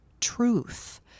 truth